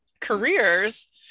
careers